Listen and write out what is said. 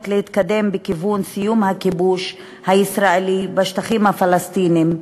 להתקדם בכיוון סיום הכיבוש בשטחים הפלסטיניים.